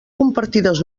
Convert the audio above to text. compartides